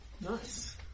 Nice